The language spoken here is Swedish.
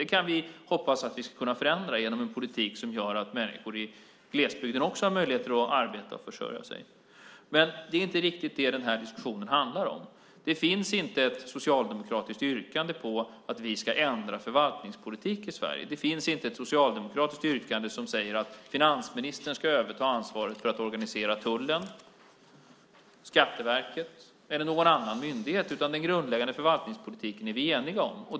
Det hoppas vi kunna förändra genom en politik som gör att människor också i glesbygden får möjligheter att arbeta och försörja sig. Men det är inte riktigt det som den här diskussionen handlar om. Det finns inte ett socialdemokratiskt yrkande på att vi ska ändra förvaltningspolitik i Sverige. Det finns inte ett socialdemokratiskt yrkande som säger att finansministern ska överta ansvaret för att organisera tullen, Skatteverket eller någon annan myndighet, utan den grundläggande förvaltningspolitiken är vi eniga om.